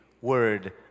Word